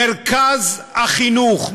מרכז החינוך,